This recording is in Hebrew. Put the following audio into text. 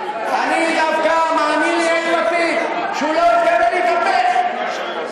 אני דווקא מאמין ליאיר לפיד שהוא לא מתכוון להתהפך,